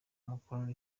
umukono